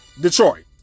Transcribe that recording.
Detroit